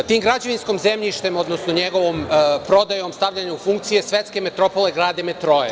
Tim građevinskim zemljištem, odnosno njegovom prodajom, stavljanjem u funkciju, svetske metropole grade metroe.